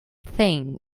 think